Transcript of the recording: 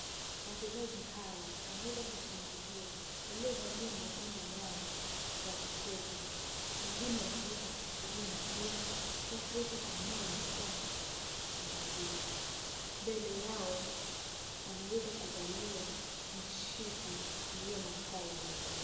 Wachezaji hawa wanaweza kushangilia walio valia maganda yao ya kucheza. Wengine wakiweza kushikilia mpira, wakiweza kuinua mikono wakishangilia. Mbele yao wameweza kuvalia mishipi iliyo na kala ya kijani.